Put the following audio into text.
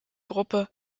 gruppe